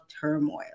turmoil